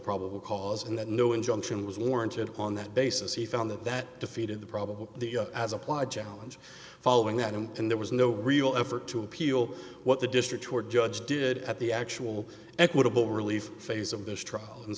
probable cause and that no injunction was warranted on that basis he found that that defeated the probable the as applied challenge following that and there was no real effort to appeal what the district court judge did at the actual equitable relief phase of this trial and